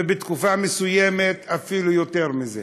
ובתקופה מסוימת אפילו יותר מזה.